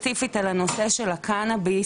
ספציפית על הנושא של הקנאביס,